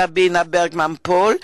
סבינה ברגמן-פול,